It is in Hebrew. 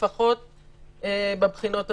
לפחות בבחינות הבסיסיות?